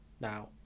now